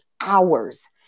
hours